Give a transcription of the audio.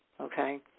okay